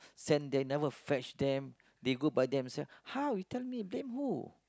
send them never fetch them they go by themselves how you tell me blame who